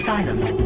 Silence